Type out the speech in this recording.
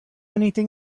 anything